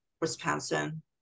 Wisconsin